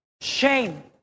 Shame